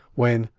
when,